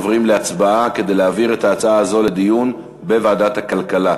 עוברים להצבעה כדי להעביר את ההצעה הזו לדיון בוועדת הכלכלה,